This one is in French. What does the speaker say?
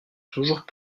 toujours